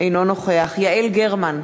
אינו נוכח יעל גרמן,